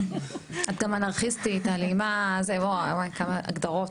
את גם אנרכיסטית, אלימה, וואו, כמה הגדרות.